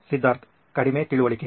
ಸಿದ್ಧಾರ್ಥ್ ಕಡಿಮೆ ತಿಳುವಳಿಕೆ